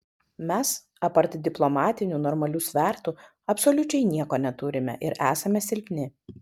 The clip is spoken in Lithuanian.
mes apart diplomatinių normalių svertų absoliučiai nieko neturime ir esame silpni